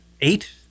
Eight